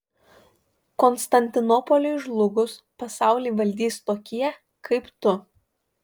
konstantinopoliui žlugus pasaulį valdys tokie kaip tu